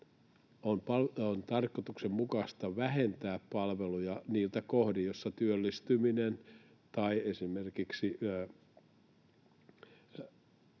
On tarkoituksenmukaista vähentää palveluja niiltä kohdin, joissa työllistyminen tai esimerkiksi